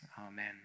Amen